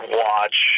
watch